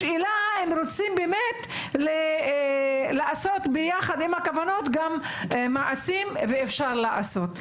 השאלה אם רוצים באמת לעשות ביחד עם הכוונות גם מעשים ואפשר לעשות.